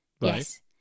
yes